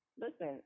Listen